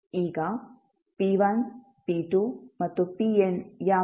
ಈಗ p1 p2 ಮತ್ತು pn ಯಾವುವು